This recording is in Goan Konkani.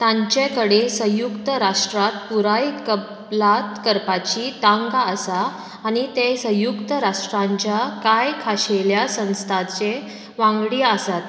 तांचे कडेन संयुक्त राश्ट्रांत पुराय कबलात करपाची तांक आसा आनी ते संयुक्त राश्ट्रांच्या कांय खाशेल्या संस्थांचे वांगडी आसात